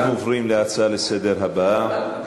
אנחנו עוברים להצעה הבאה לסדר-היום: